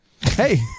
Hey